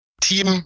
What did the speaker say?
Team